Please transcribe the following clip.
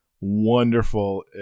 wonderful